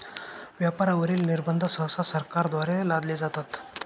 व्यापारावरील निर्बंध सहसा सरकारद्वारे लादले जातात